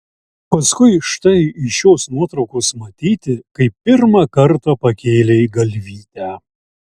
paskui štai iš šios nuotraukos matyti kai pirmą kartą pakėlei galvytę